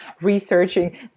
researching